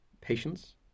patience